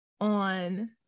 on